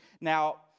Now